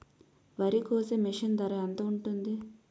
వరి కోసే మిషన్ ధర ఎంత ఉంటుంది?